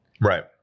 Right